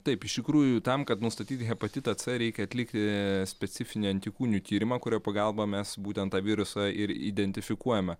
taip iš tikrųjų tam kad nustatyti hepatitą c reikia atlikti specifinių antikūnių tyrimą kurio pagalba mes būtent tą virusą ir identifikuojame